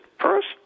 first